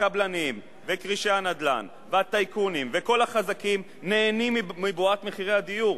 הקבלנים וכרישי הנדל"ן והטייקונים וכל החזקים נהנים מבועת מחירי הדיור.